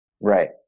Right